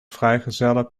vrijgezellen